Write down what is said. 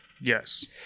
Yes